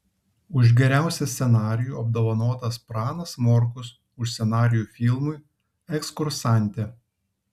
už geriausią scenarijų apdovanotas pranas morkus už scenarijų filmui ekskursantė